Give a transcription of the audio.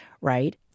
right –